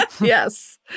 Yes